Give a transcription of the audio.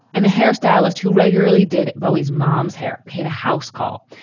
and the hairstylist, who regularly did bowie's mom's hair hit a house call.